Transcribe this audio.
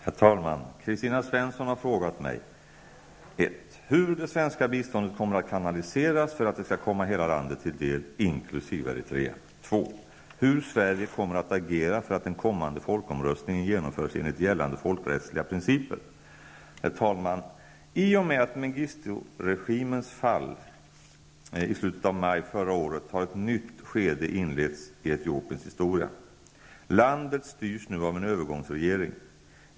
Herr talman! Kristina Svensson har frågat mig: 1. Hur kommer det svenska biståndet att kanaliseras för att det skall komma hela landet, inkl. Eritrea, till del? 2. Hur kommer Sverige att agera för att den kommande folkomröstningen genomförs enligt gällande folkrättsliga principer? Herr talman! I och med Mengistu-regimens fall i slutet av maj förra året har ett nytt skede inletts i Etiopiens historia. Landet styrs nu av en övergångsregering.